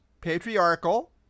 Patriarchal